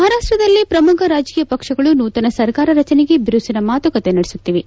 ಮಹಾರಾಷ್ಟದಲ್ಲಿ ಪ್ರಮುಖ ರಾಜಕೀಯ ಪಕ್ಷಗಳು ನೂತನ ಸರ್ಕಾರ ರಚನೆಗೆ ಬಿರುಸಿನ ಮಾತುಕತೆ ನಡೆಸುತ್ತಿವೆ